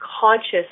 conscious